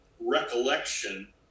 recollection